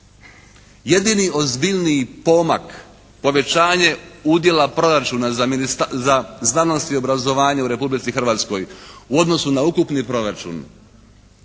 Jedini ozbiljniji pomak povećanje udjela proračuna za znanost i obrazovanje u Republici Hrvatskoj u odnosu na ukupni proračun,